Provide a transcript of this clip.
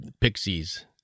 Pixies